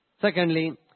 Secondly